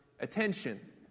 attention